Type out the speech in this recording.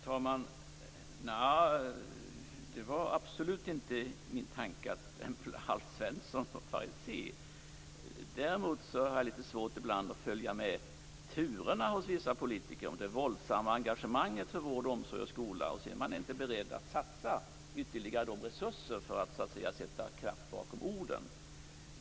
Herr talman! Det var absolut inte min tanke att stämpla Alf Svensson som farisé. Däremot har jag ibland litet svårt att följa med i turerna hos vissa politiker. Man är våldsamt engagerad för vård, omsorg och skola, men så är man inte beredd att satsa ytterligare resurser för att sätta kraft bakom orden.